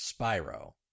Spyro